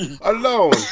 alone